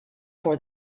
for